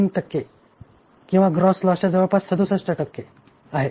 3 टक्के किंवा ग्रॉस लॉसच्या जवळजवळ 67 टक्के आहे